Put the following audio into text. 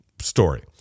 story